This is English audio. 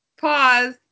Pause